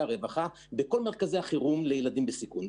הרווחה בכל מרכזי החירום לילדים בסיכון,